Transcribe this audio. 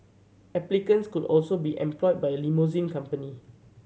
applicants could also be employed by a limousine company